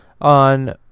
on